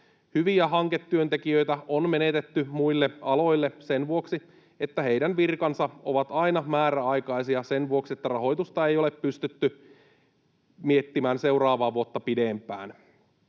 hyviä hanketyöntekijöitä on menetetty muille aloille sen vuoksi, että heidän virkansa ovat aina määräaikaisia sen vuoksi, että rahoitusta ei ole pystytty miettimään seuraavaa vuotta pidempään.